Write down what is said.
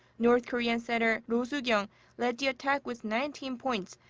north korean center ro suk-young led the attack with nineteen points,